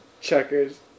Checkers